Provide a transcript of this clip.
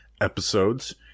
episodes